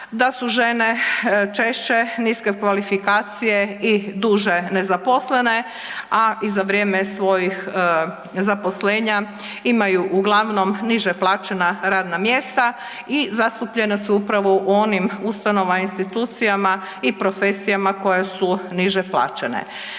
da su žene češće niske kvalifikacije i duže nezaposlene, a i za vrijeme svojih zaposlenja imaju uglavnom niže plaćena radna mjesta i zastupljene su upravo u onim ustanovama, institucijama i profesijama koja su niže plaćene.